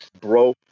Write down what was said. bro